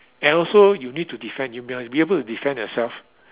and also you need to defend you must be able to defend yourself